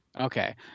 okay